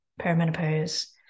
perimenopause